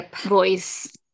voice